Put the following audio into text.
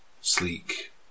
sleek